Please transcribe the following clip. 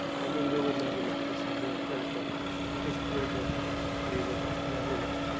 i mean, we would never know. this is the alternative history that we would never know,